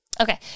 Okay